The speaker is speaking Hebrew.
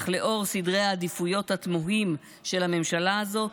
אך לאור סדרי העדיפויות התמוהים של הממשלה הזאת,